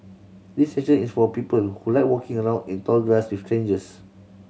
this session is for people who like walking around in tall grass with strangers